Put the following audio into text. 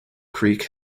creek